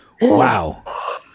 Wow